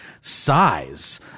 size